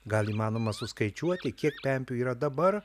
gal įmanoma suskaičiuoti kiek pempių yra dabar